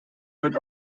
wird